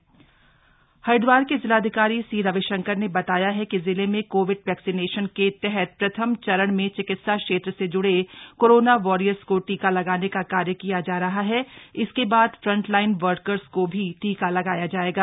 corona vaccination Haridwar के जिलाधिकारी C Ravishankar ने बताया है कि जिले में कोविड वैक्सीनेशन के तहत प्रथम चरण में चिकित्सा क्षेत्र से जुड़े कोरोना वॉरियर्स को टीका लगाने का कार्य किया जा रहा है इसके बाद फ्रंटलाइन वर्कर्स को भी टीका लगाया जाएगा